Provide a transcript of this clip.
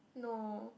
no